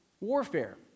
warfare